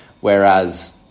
Whereas